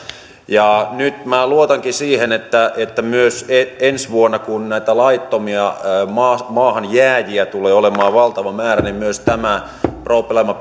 ja nyt minä luotankin siihen että että myös ensi vuonna kun näitä laittomia maahanjääjiä tulee olemaan valtava määrä myös tämä probleema